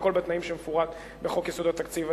והכול בתנאים כמפורט בחוק יסודות התקציב.